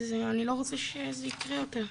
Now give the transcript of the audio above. אז אני לא רוצה שזה ייקרה יותר,